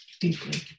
deeply